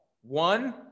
One